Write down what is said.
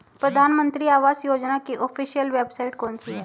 प्रधानमंत्री आवास योजना की ऑफिशियल वेबसाइट कौन सी है?